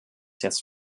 jetzt